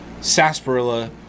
sarsaparilla